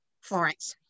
Florence